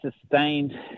sustained